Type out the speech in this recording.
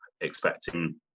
expecting